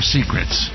Secrets